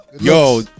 Yo